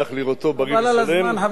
חבל על הזמן, חבר הכנסת יעקב כץ.